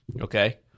okay